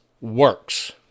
works